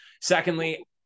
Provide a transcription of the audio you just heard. Secondly